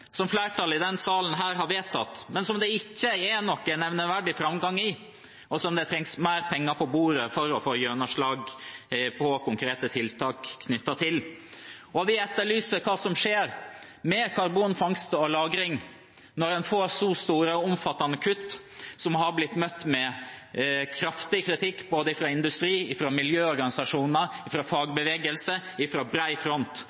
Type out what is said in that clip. som flertallet i denne salen har vedtatt, men som det ikke er noen nevneverdig framgang for, og der det trengs mer penger på bordet for å få gjennomslag for konkrete tiltak. Og vi etterlyser hva som skjer med karbonfangst og -lagring, når en får så store og omfattende kutt, som har blitt møtt med kraftig kritikk både fra industri, fra miljøorganisasjoner, fra fagbevegelse – fra en bred front.